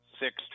six